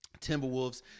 Timberwolves